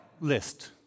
list